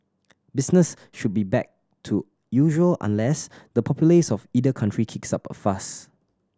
business should be back to usual unless the populace of either country kicks up a fuss